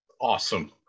Awesome